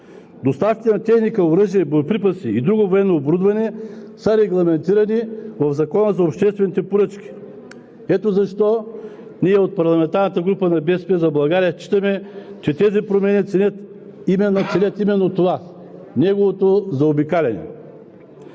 Доставките на техника, оръжия, боеприпаси и друго военно оборудване са регламентирани в Закона за обществените поръчки. Ето защо ние от парламентарната група на „БСП за България“ считаме, че тези промени целят именно това – неговото заобикаляне.